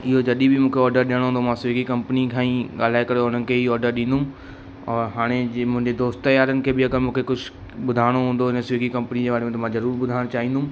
इयो जॾहिं बि मूंखे ऑडर ॾियणो हूंदो मां स्विगी कंपनी खां ई ॻाल्हाए करे हुननि खे ई ऑडर ॾींदुमि और हाणे जीअं मुंजे दोस्त यारन खे बि अगरि मूंखे कुझु ॿुधाइणो हूंदो हिन स्विगी कंपनी जे बारे में त मां ज़रूरु ॿुधाइणु चाहींदुमि